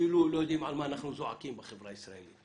אפילו לא יודעים מה אנחנו זועקים בחברה הישראלית.